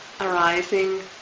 arising